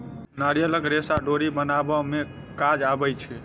नारियलक रेशा डोरी बनाबअ में काज अबै छै